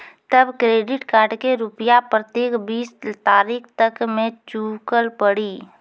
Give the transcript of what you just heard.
तब credit card के रूपिया प्रतीक बीस तारीख तक मे चुकल पड़ी?